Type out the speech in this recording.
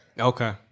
Okay